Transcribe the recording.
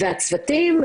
והצוותים,